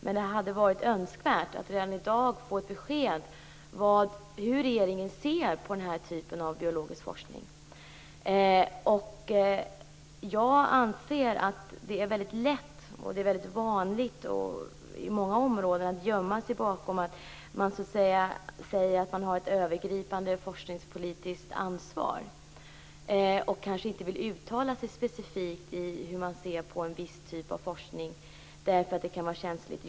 Men det hade varit önskvärt att om vi i dag fått ett besked om hur regeringen ser på den här typen av biologisk forskning. Jag anser att det är väldigt lätt och väldigt vanligt inom många områden att gömma sig bakom att säga att man har ett övergripande forskningspolitiskt ansvar. Man kanske inte vill uttala sig specifikt om hur man ser på en viss typ av forskning därför att det kan vara känsligt.